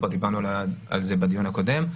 דיברנו על זה כבר בדיון הקודם,